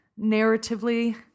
narratively